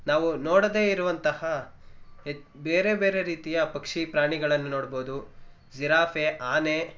ನಾವು ನೋಡದೇ ಇರುವಂತಹ ಹೆ ಬೇರೆ ಬೇರೆ ರೀತಿಯ ಪಕ್ಷಿ ಪ್ರಾಣಿಗಳನ್ನು ನೋಡ್ಬೋದು ಜಿರಾಫೆ ಆನೆ